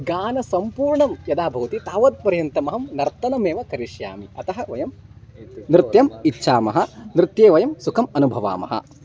गानं सम्पूर्णं यदा भवति तावत्पर्यन्तम् अहं नर्तनमेव करिष्यामि अतः वयं नृत्यम् इच्छामः नृत्ये वयं सुखम् अनुभवामः